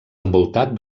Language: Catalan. envoltat